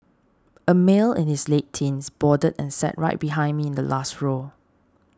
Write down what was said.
a male in his late teens boarded and sat right behind me in the last row